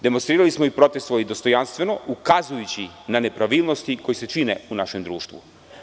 Demonstrirali smo i protestvovali dostojanstveno ukazujući na nepravilnosti koji se čine u našem društvu.